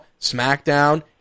SmackDown